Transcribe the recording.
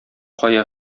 кая